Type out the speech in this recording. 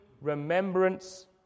remembrance